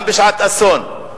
גם בשעת אסון.